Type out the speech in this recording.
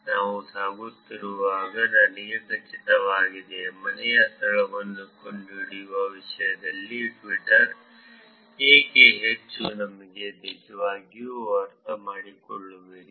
ನಾವು ಸಾಗುತ್ತಿರುವಾಗ ನನಗೆ ಖಚಿತವಾಗಿದೆ ಮನೆಯ ಸ್ಥಳವನ್ನು ಕಂಡುಹಿಡಿಯುವ ವಿಷಯದಲ್ಲಿ ಟ್ವಿಟರ್ ಏಕೆ ಹೆಚ್ಚು ಎಂದು ನೀವು ನಿಜವಾಗಿಯೂ ಅರ್ಥಮಾಡಿಕೊಳ್ಳುವಿರಿ